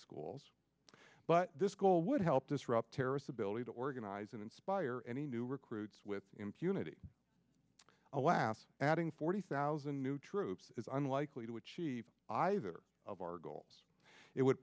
schools but this goal would help disrupt terrorist ability to organize and inspire any new recruits with impunity alas adding forty thousand new troops is unlikely to achieve either of our goals it would